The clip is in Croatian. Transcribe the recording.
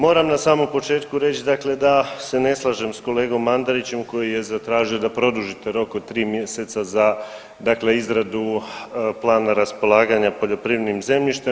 Moram na samom početku reći da se dakle ne slažem s kolegom Mandarićem koji je zatražio da produžite rok od 3 mjeseca za dakle izradu plana raspolaganja poljoprivrednim zemljištem.